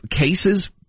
cases